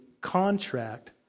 contract